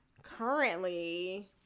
Currently